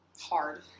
hard